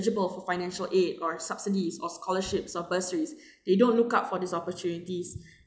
eligible for financial aid or subsidies or scholarships or bursaries they don't look out for these opportunities